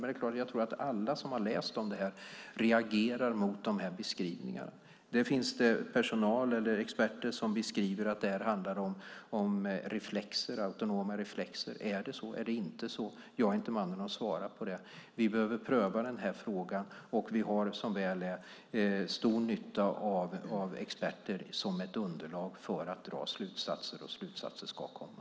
Men jag tror att alla som har läst om det här reagerar mot beskrivningarna. Det finns personal och experter som beskriver att det handlar om autonoma reflexer. Är det så eller är det inte så? Jag är inte mannen att svara på det. Vi behöver pröva den här frågan. Och vi har, som väl är, stor nytta av vad experter kommer fram till som ett underlag för att dra slutsatser, och slutsatser ska komma.